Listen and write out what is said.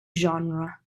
genre